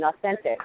authentic